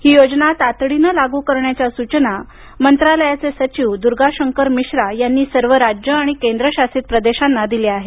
ही योजना तातडीने लागू करण्याच्या सूचना मंत्रालयाचे सचिव दुर्गाशंकर मिश्रा यांनी सर्व राज्य आणि केंद्र शासित प्रदेशांना दिले आहेत